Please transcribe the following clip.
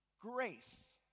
grace